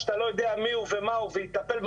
שאתה לא יודע מיהו ומהו ויטפל במשפחה,